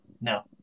No